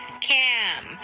Cam